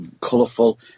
colourful